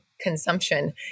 consumption